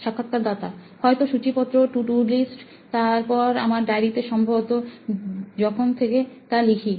সাক্ষাৎকারদাতা হয়তো সুচিপত্রটু ডু লিস্ট তারপর আমার ডায়রি তে সম্ভবত যখন থেকে তা লিখি